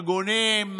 ארגונים,